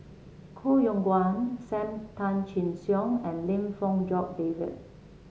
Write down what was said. Koh Yong Guan Sam Tan Chin Siong and Lim Fong Jock David